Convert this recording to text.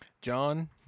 John